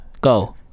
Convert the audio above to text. Go